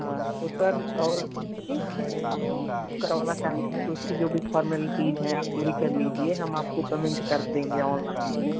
हाँ तो सर और हम बुक करवाना चाहते हैं तो उसकी जो भी फॉर्मेलिटीज़ हैं आप पूरी कर लीजिए हम आपको पेमेंट कर देंगे ऑनलाइन ही